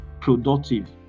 productive